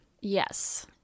Yes